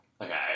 Okay